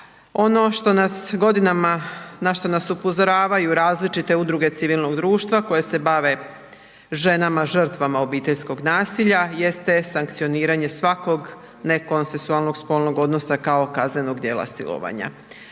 Ono što nas godinama na što nas upozoravaju različite udruge civilnog društva koje se bave ženama žrtvama obiteljskog nasilja jeste sankcioniranje svakog nekonsenzualnog spolnog odnosa kao kaznenog djela silovanja.